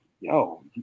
yo